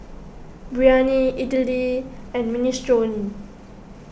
Biryani Idili and Minestrone